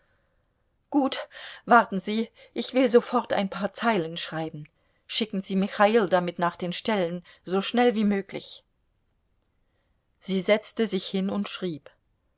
gut warten sie ich will sofort ein paar zeilen schreiben schicken sie michail damit nach den ställen so schnell wie möglich sie setzte sich hin und schrieb